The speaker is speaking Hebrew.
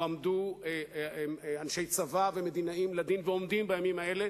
הועמדו אנשי צבא ומדינאים לדין ועומדים בימים האלה,